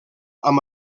amb